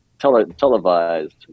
televised